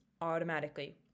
automatically